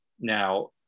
Now